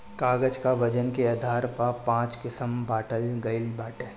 कागज कअ वजन के आधार पर पाँच किसिम बांटल गइल बाटे